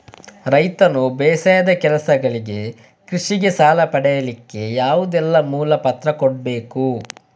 ರೈತನು ಬೇಸಾಯದ ಕೆಲಸಗಳಿಗೆ, ಕೃಷಿಗೆ ಸಾಲ ಪಡಿಲಿಕ್ಕೆ ಯಾವುದೆಲ್ಲ ಮೂಲ ಪತ್ರ ಕೊಡ್ಬೇಕು?